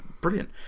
brilliant